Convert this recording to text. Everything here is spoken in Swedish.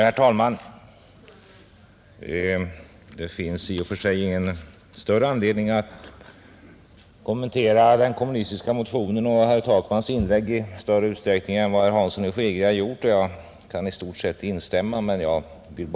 Herr talman! Det finns i och för sig ingen större anledning att kommentera den kommunistiska motionen och herr Takmans inlägg i större utsträckning än herr Hansson i Skegrie har gjort, och jag kan i stort sett instämma i vad herr Hansson anfört.